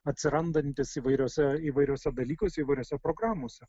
atsirandantis įvairiose įvairiose dalykus įvairiose programose